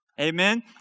Amen